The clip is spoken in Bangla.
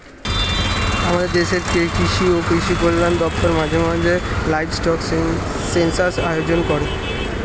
আমাদের দেশের কৃষি ও কৃষি কল্যাণ দপ্তর মাঝে মাঝে লাইভস্টক সেন্সাস আয়োজন করেন